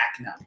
now